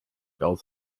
aus